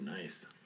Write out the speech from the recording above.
nice